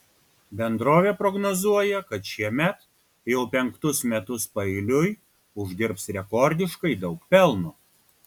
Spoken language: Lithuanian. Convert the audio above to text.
bendrovė prognozuoja kad šiemet jau penktus metus paeiliui uždirbs rekordiškai daug pelno